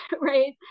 right